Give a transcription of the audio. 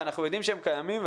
ואנחנו יודעים שהם קיימים,